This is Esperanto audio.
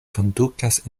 kondukas